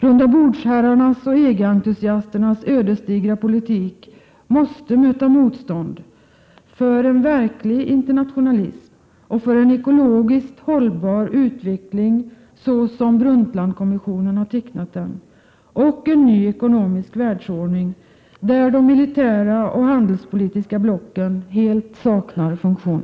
Rundabordsherrarnas och EG-entusiasternas ödesdigra politik måste möta motstånd och kamp för en verklig internationalism, för en ekologiskt hållbar utveckling, såsom Brundtlandkommissionen har tecknat den, och för en ny ekonomisk världsordning, där de militära och handelspolitiska blocken helt saknar funktion.